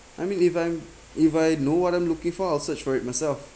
I mean if I'm if I know what I'm looking for I'll search for it myself